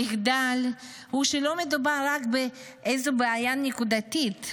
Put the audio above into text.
המחדל הוא שלא מדובר רק באיזה בעיה נקודתית.